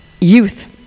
youth